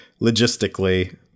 logistically